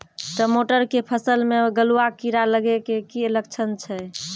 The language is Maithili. टमाटर के फसल मे गलुआ कीड़ा लगे के की लक्छण छै